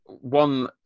one